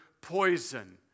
poison